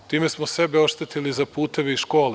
Time smo sebe oštetili za puteve i škole.